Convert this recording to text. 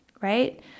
right